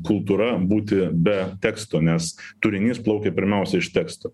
kultūra būti be teksto nes turinys plaukia pirmiausia iš tekstų